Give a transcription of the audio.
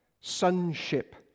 sonship